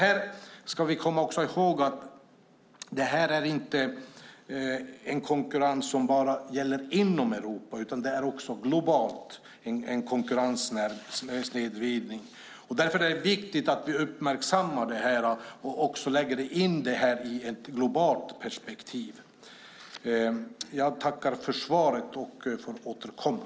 Vi ska också komma ihåg att detta inte är en konkurrens som bara gäller inom Europa, utan det är också en global konkurrenssnedvridning. Därför är det viktigt att vi uppmärksammar detta och också lägger in det i ett globalt perspektiv. Jag tackar för svaret och får återkomma.